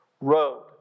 road